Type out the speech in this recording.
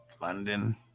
London